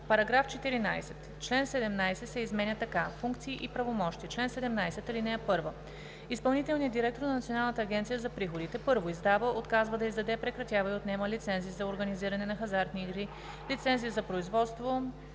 § 14. Член 17 се изменя така: „Функции и правомощия Чл. 17. (1) Изпълнителният директор на Националната агенция за приходите: 1. издава, отказва да издаде, прекратява и отнема лицензи за организиране на хазартни игри, лицензи за производство,